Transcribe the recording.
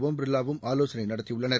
ஒம் பிர்லாவும் ஆலோசனை நடத்தியுள்ளனர்